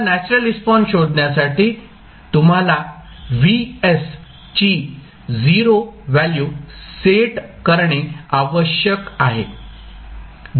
आता natural response शोधण्यासाठी तुम्हाला Vs ची 0 व्हॅल्यू सेट करणे आवश्यक आहे